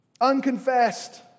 unconfessed